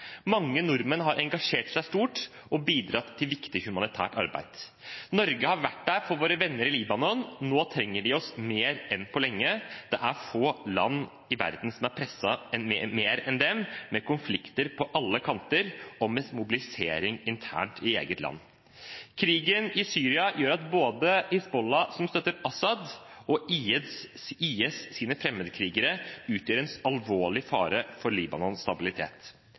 Mange nordmenn har engasjert seg stort og bidratt til viktig humanitært arbeid. Norge har vært der for våre venner i Libanon, nå trenger de oss mer enn på lenge. Det er få land i verden som er mer presset enn dem, med konflikter på alle kanter og med mobilisering internt i eget land. Krigen i Syria gjør at både Hizbollah, som støtter Assad, og IS’ fremmedkrigere utgjør en alvorlig fare for Libanons stabilitet.